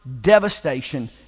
devastation